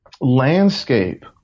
landscape